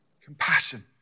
compassion